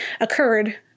occurred